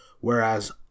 Whereas